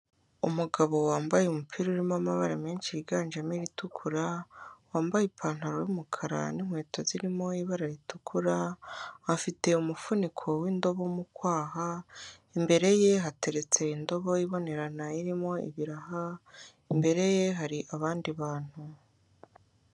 Umugabo wambaye umupira urimo amabara menshi yiganjemo ibitukura, wambaye ipantaro y’umukara n'inkweto zirimo ibara ritukura, afite umufuniko w'indobo mu kwaha, imbere ye hateretse indobo ibonerana irimo ibiraha, imbere ye hari abandi bantu.